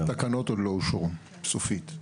התקנות עוד לא אושרו סופית.